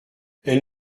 elle